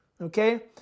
okay